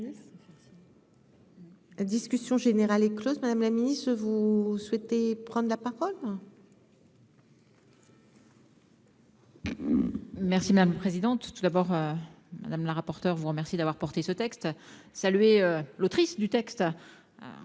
La discussion générale est Close, madame la miss, vous souhaitez prendre la parole. Merci madame présidente tout d'abord, madame la rapporteure vous remercie d'avoir porté ce texte salué l'autrice du texte,